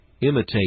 Imitate